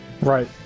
right